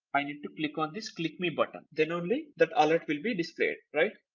i need to click on this click me button. then only that alert will be displayed right.